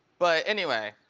but anyway